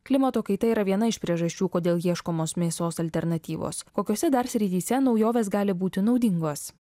klimato kaita yra viena iš priežasčių kodėl ieškomos mėsos alternatyvos kokiose dar srityse naujovės gali būti naudingos